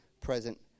present